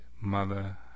Mother